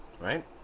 right